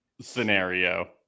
scenario